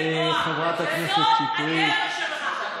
זו הדרך שלך.